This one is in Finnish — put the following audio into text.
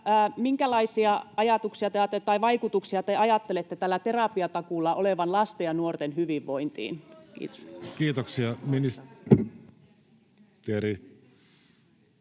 minkälaisia vaikutuksia ajattelette tällä terapiatakuulla olevan lasten ja nuorten hyvinvointiin. — Kiitos.